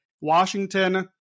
Washington